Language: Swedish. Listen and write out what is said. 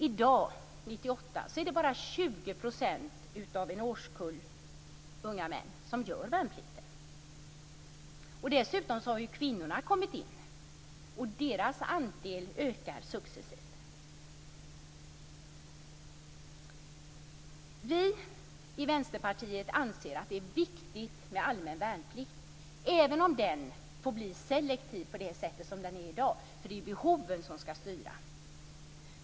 I dag, 1998, är det bara 20 % av en årskull unga män som gör värnplikten. Dessutom har kvinnorna kommit in, och deras andel ökar successivt. Vi i Vänsterpartiet anser att det är viktigt med allmän värnplikt, även om den får bli selektiv på det sätt som den är i dag. Det är behoven som skall styra.